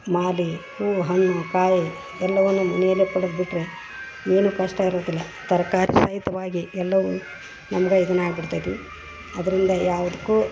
ಮಾಲೆ ಹೂವು ಹಣ್ಣು ಕಾಯಿ ಎಲ್ಲವನ್ನು ಮನೆಯಲ್ಲೆ ಪಡದ್ಬಿಟ್ಟರೆ ಏನು ಕಷ್ಟ ಇರೋದಿಲ್ಲ ತರಕಾರಿ ಸಹಿತವಾಗಿ ಎಲ್ಲವು ನಮ್ಗೆ ಇದನ್ನ ಆಗ್ಬಿಡ್ತೈತಿ ಅದರಿಂದ ಯಾವುದಕ್ಕೂ